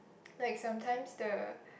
like sometimes the